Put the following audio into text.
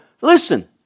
listen